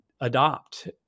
adopt